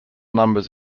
numbers